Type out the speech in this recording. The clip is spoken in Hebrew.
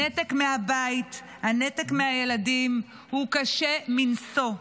הנתק מהבית, הנתק מהילדים, הוא קשה מנשוא.